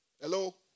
Hello